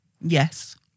Yes